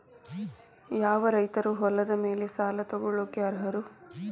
ಯಾವ ರೈತರು ಹೊಲದ ಮೇಲೆ ಸಾಲ ತಗೊಳ್ಳೋಕೆ ಅರ್ಹರು?